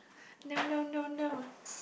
no no no no